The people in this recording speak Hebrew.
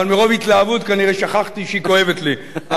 אבל מרוב התלהבות כנראה שכחתי שהיא כואבת לי.